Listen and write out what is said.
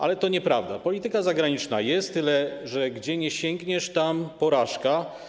Ale to nieprawda, polityka zagraniczna jest, tyle że gdziekolwiek sięgniesz, tam porażka.